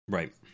Right